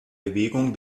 bewegung